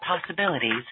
possibilities